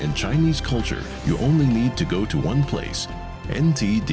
in chinese culture you only need to go to one place in